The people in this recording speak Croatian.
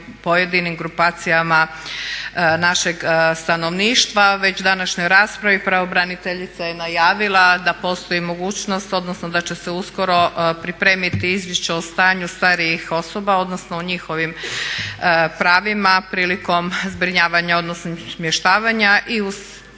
pojedinim grupacijama našeg stanovništva. Već u današnjoj raspravi pravobraniteljica je najavila da postoji mogućnost, odnosno da će se uskoro pripremiti izvješće o stanju starijih osoba odnosno o njihovim pravima prilikom zbrinjavanja odnosno smještavanja. I u